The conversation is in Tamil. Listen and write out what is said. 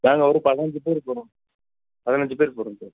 நாங்கள் ஒரு பதினஞ்சு பேர் போகிறோம் பதினஞ்சு பேர் போகிறோம் சார்